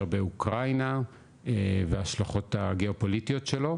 באוקראינה וההשלכות הגיאופוליטיות שלו,